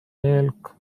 eelk